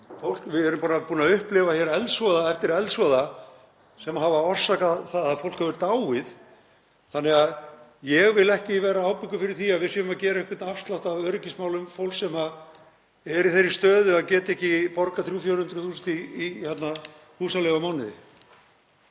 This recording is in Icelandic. við erum búin að upplifa eldsvoða eftir eldsvoða sem hafa orsakað það að fólk hefur dáið. Ég vil því ekki vera ábyrgur fyrir því að við séum að gefa einhvern afslátt af öryggismálum fólks sem er í þeirri stöðu að geta ekki borgað 300.000, 400.000 í húsaleigu á mánuði.